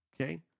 Okay